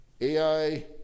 AI